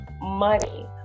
money